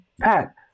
Pat